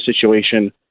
situation